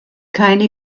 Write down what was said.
keine